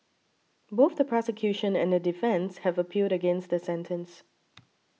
both the prosecution and the defence have appealed against the sentence